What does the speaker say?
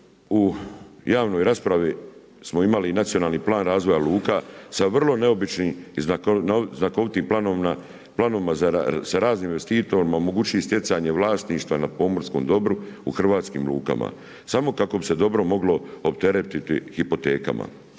u javnoj raspravi smo imali Nacionalni plan razvoja luka sa vrlo neobičnim i znakovitim planovima sa raznim investitorima, omogućili stjecanje vlasništva na pomorskom dobru u hrvatskim lukama samo kako bi se dobro moglo opteretiti hipotekama.